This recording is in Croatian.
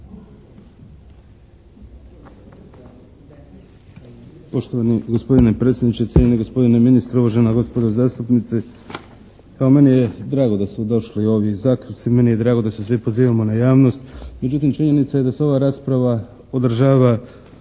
Poštovani gospodine predsjedniče, cijenjeni gospodine ministre, uvažena gospodo zastupnici. Pa meni je drago da smo došli ovi zaključci. Meni je drago da se svi pozivamo na javnost. Međutim činjenica je da se ova rasprava održava